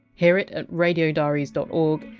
hear it at radiodiaries dot org,